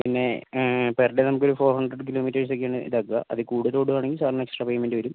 പിന്നെ per day നമുക്ക് ഒരു ഫോർ ഹണ്ട്രഡ് കിലോമീറ്റേഴ്സ് ഒക്കെ ആണ് ഇതാക്കാ അത് കൂടുതൽ ഓടുവാണെങ്കിൽ സാറിന് എക്സ്ട്രാ പേയ്മെൻറ്റ് വരും